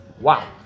Wow